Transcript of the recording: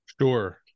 Sure